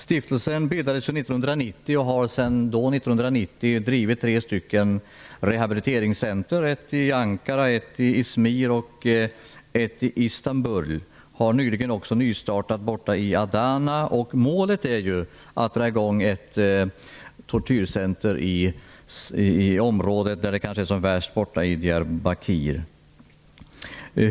Stiftelsen bildades 1990 och har sedan det året drivit tre rehabiliteringscentrum, ett i Ankara, ett i Izmir och ett i Istanbul. Ett sådant centrum har också nyligen startats i Adana. Målet är att dra i gång ett centrum för tortyroffer i det område där det kanske är som värst, nämligen i Diyarbakir.